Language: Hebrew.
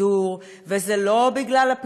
זה לא בגלל עובדי רשות השידור,